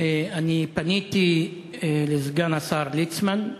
פניתי אל סגן השר ליצמן,